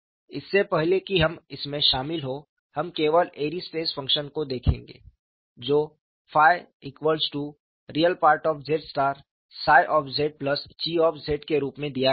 इससे पहले कि हम इसमें शामिल हों हम केवल एरी स्ट्रेस फंक्शन को देखेंगे जो Re z𝛘 के रूप में दिया गया है